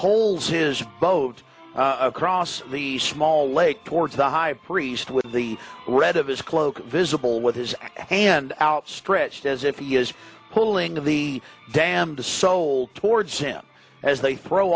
holds his boat across the small lake towards the high priest with the red of his cloak visible with his hand outstretched as if he is pulling of the damned a soul towards him as they throw